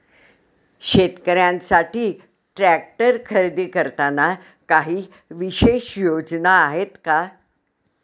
शेतकऱ्यांसाठी ट्रॅक्टर खरेदी करताना काही विशेष योजना आहेत का?